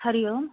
Hari Om